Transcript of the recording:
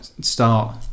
start